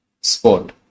sport